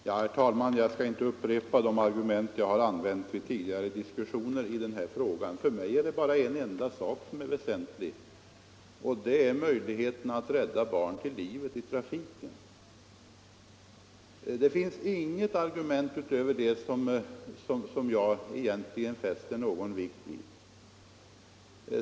Herr talman! Jag skall inte upprepa de argument jag har använt i tidigare diskussioner i den här frågan. För mig är en enda sak väsentlig, och det är möjligheten att rädda barn i trafiken till livet. Det finns inget argument utöver detta som jag egentligen fäster någon vikt vid.